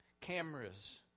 cameras